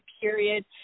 period